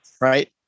right